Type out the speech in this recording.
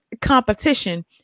Competition